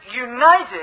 united